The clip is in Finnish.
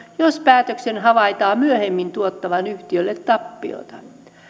jos päätöksen havaitaan myöhemmin tuottavan yhtiölle tappiota